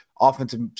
offensive